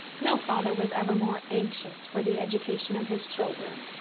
no father was ever more anxious for the education of his children,